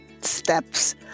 steps